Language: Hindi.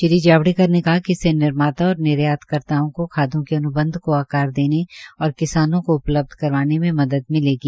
श्री जावड़ेकर ने कहा कि इससे निर्माता और निर्यातकर्ताओं को खादों के अन्बंध को आकार देने और किसानों को उपलब्ध करवाने में मदद मिलेगी